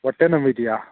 ಹೊಟ್ಟೆ ನೋವು ಇದೆಯಾ